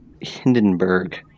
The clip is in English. Hindenburg